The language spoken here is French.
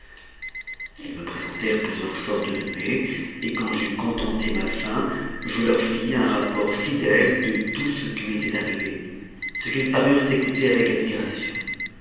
ils me présentèrent plusieurs sortes de mets et quand j'eus contenté ma faim je leur fis un rapport fidèle de tout ce qui m'était arrivé ce qu'ils parurent écouter avec admiration